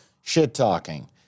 shit-talking